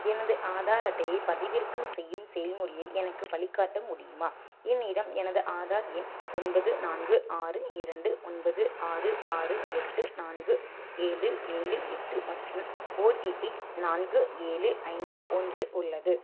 எனது ஆதார் அட்டையை பதிவிறக்கம் செய்யும் செயல்முறையை எனக்கு வழிகாட்ட முடியுமா என்னிடம் எனது ஆதார் எண் ஒன்பது நான்கு ஆறு இரண்டு ஒன்பது ஆறு ஆறு எட்டு நான்கு ஏழு ஏழு எட்டு மற்றும் ஓடிபி நான்கு ஏழு ஐந்து ஒன்று உள்ளது